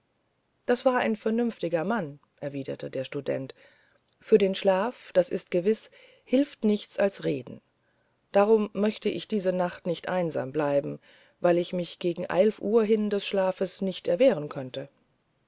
das war ein vernünftiger mann erwiderte der student für den schlaf das ist gewiß hilft nichts als reden darum möchte ich diese nacht nicht einsam bleiben weil ich mich gegen eilf uhr hin des schlafes nicht erwehren könnte